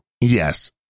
Yes